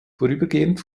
vorübergehend